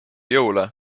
jõule